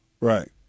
right